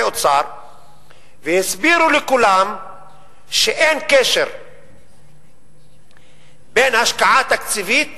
אוצר והסבירו לכולם שאין קשר בין השקעה תקציבית